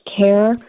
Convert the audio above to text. care